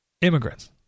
immigrants